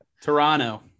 Toronto